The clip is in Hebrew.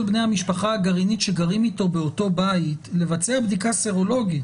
בני המשפחה הגרעינית שגרים איתו באותו בית לבצע בדיקה סרולוגית,